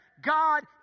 God